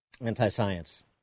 anti-science